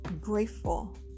grateful